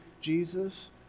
Jesus